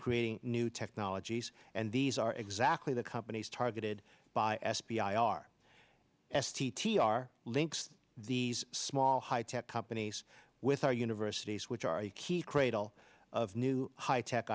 creating new technologies and these are exactly the companies targeted by f b i r s t t r links these small high tech companies with our universities which are a key cradle of new high tech